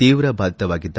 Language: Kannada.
ತೀವ್ರ ಬಾಧಿತವಾಗಿದ್ದ